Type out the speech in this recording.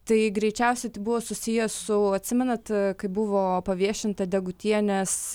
tai greičiausiai tai buvo susiję su atsimenat kai buvo paviešinta degutienės